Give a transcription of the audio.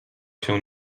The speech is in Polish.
się